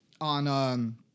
on